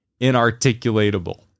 inarticulatable